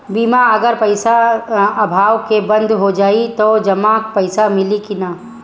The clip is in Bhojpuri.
बीमा अगर पइसा अभाव में बंद हो जाई त जमा पइसा मिली कि न?